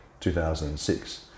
2006